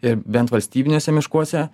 ir bent valstybiniuose miškuose